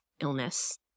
illness